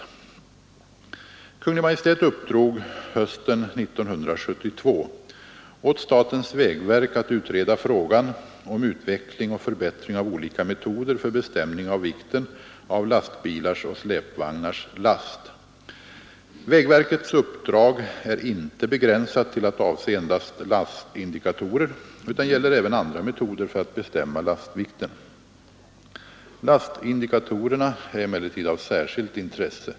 Kungl. Maj:t uppdrog hösten 1972 åt statens vägverk att utreda frågan om utveckling och förbättring av olika metoder för bestämning av vikten av lastbilars och släpvagnars last. Vägverkets uppdrag är inte begränsat till att avse endast lastindikatorer utan gäller även andra metoder för att bestämma lastvikten. Lastindikatorerna är emellertid av särskilt intresse.